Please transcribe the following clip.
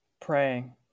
praying